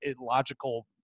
illogical